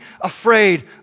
afraid